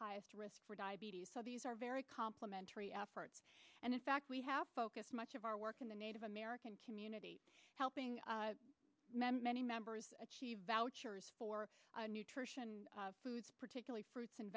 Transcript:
highest risk for diabetes so these are very complimentary efforts and in fact we have focused much of our work in the native american community helping many many members achieve vouchers for nutrition foods particularly fruits and